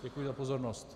Děkuji za pozornost.